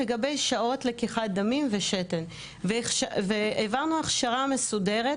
לגבי שעות לקיחת דמים ושתן והעברנו הכשרה מסודרת,